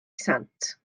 sant